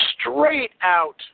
Straight-out